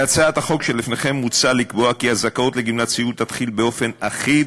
בהצעת החוק שלפניכם מוצע לקבוע כי הזכאות לגמלת סיעוד תתחיל באופן אחיד,